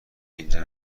اینجا